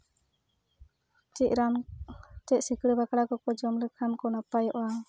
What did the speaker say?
ᱪᱮᱫ ᱨᱟᱱ ᱪᱮᱫ ᱥᱤᱠᱲᱟᱹᱼᱵᱟᱠᱲᱟ ᱠᱚᱠᱚ ᱡᱚᱢ ᱞᱮᱠᱷᱟᱱ ᱠᱚ ᱱᱟᱯᱟᱭᱚᱜᱼᱟ